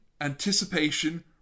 Anticipation